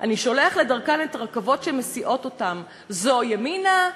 "אני שולח לדרכן את הרכבות שמסיעות אותם: זו ימינה,